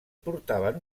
portaven